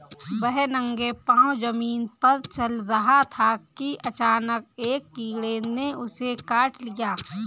वह नंगे पांव जमीन पर चल रहा था कि अचानक एक कीड़े ने उसे काट लिया